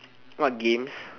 what games